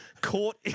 caught